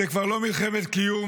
זו כבר לא מלחמת קיום,